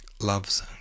Love's